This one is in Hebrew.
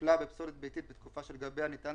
טיפלה בפסולת ביתית בתקופה שלגביה ניתן